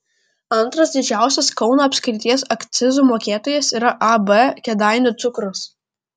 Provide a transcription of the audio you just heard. antras didžiausias kauno apskrities akcizų mokėtojas yra ab kėdainių cukrus